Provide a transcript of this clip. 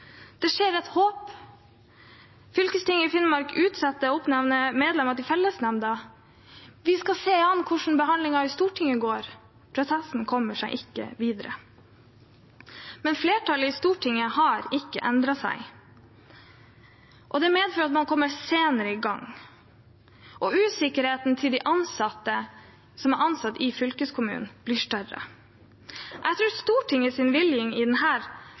et håp, fylkestinget i Finnmark utsetter å oppnevne medlemmer til fellesnemnda, og man skal se an hvordan behandlingen i Stortinget går. Prosessen kommer seg ikke videre. Men flertallet i Stortinget har ikke endret seg, og det medfører at man kommer senere i gang. Usikkerheten til dem som er ansatt i fylkeskommunen, blir større. Jeg tror Stortingets vingling i